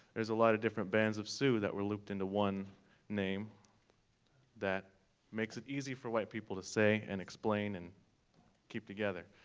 there are a lot of different bands of sioux that were looped into one name that makes it easier for white people to say and explain and keep together.